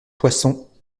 poissons